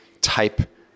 type